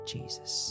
Jesus